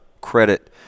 credit